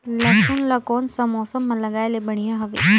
लसुन ला कोन सा मौसम मां लगाय ले बढ़िया हवे?